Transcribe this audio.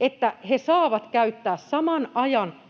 että he saavat käyttää jokaisen